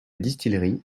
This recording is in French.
distillerie